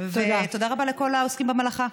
ותודה רבה לכל העוסקים במלאכה.